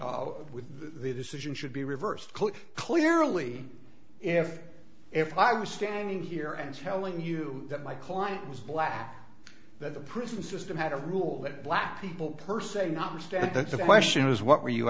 oh with the decision should be reversed click clearly if if i were standing here and telling you that my client was black then the prison system had a rule that black people per se not just and that's the question is what were you